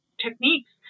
techniques